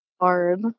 hard